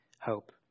hope